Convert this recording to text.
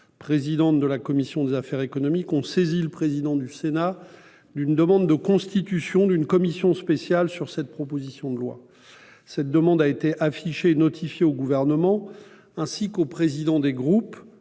territoire et du développement durable, ont saisi le président du Sénat d'une demande de constitution d'une commission spéciale sur cette proposition de loi. Cette demande a été affichée et notifiée au Gouvernement, ainsi qu'aux présidents des groupes